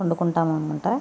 వండుకుంటాం అన్నమాట